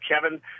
Kevin